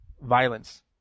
violence